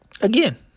Again